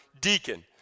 deacon